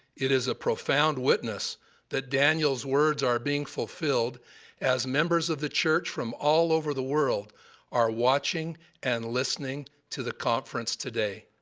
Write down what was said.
it is a profound witness that daniel's words are being fulfilled as members of the church from all over the world are watching and listening to the conference today.